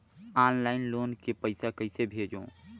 Online loan के पईसा कइसे भेजों?